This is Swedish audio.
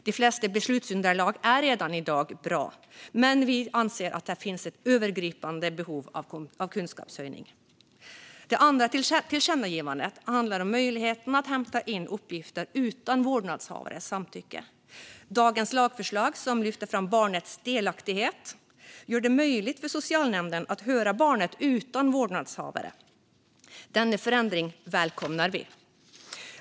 De flesta beslutsunderlag är redan i dag bra, men vi anser att det finns ett övergripande behov av kunskapshöjning. Det andra tillkännagivandet handlar om möjligheten att hämta in uppgifter utan vårdnadshavares samtycke. Dagens lagförslag, som lyfter fram barnets delaktighet, gör det möjligt för socialnämnden att höra barnet utan vårdnadshavaren. Denna förändring välkomnar vi.